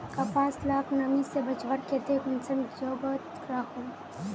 कपास लाक नमी से बचवार केते कुंसम जोगोत राखुम?